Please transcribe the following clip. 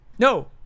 No